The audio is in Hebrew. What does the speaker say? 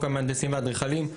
עמומים.